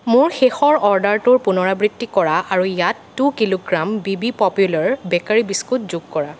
মোৰ শেষৰ অৰ্ডাৰটোৰ পুনৰাবৃত্তি কৰা আৰু ইয়াত টু কিলোগ্ৰাম বিবি পপুলাৰ বেকাৰী বিস্কুট যোগ কৰা